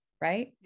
right